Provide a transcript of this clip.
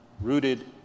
rooted